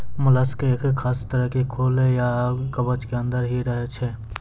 mollusc एक खास तरह के खोल या कवच के अंदर हीं रहै छै